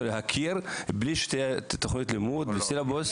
להכיר בלי שתהיה תוכנית לימוד וסילבוס.